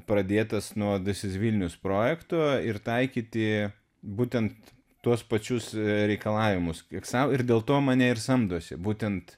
pradėtas nuo this is vilnius projekto ir taikyti būtent tuos pačius reikalavimus kiek sau ir dėl to mane ir samdosi būtent